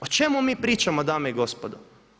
O čemu mi pričamo dame i gospodo?